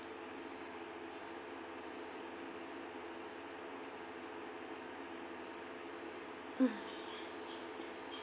hmm